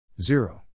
zero